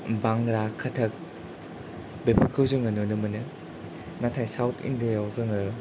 बांग्रा कथक बेफोरखौ जोङो नुनो मोनो नाथाय साउथ इण्डिया आव जोङो